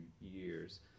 years